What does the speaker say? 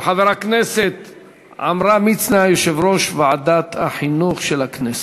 אני מבין שאת מבקשת לוועדה למעמד